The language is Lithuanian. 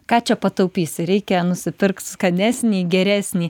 ką čia pataupysi reikia nusipirkt skanesnį geresnį